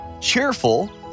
cheerful